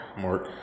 Mark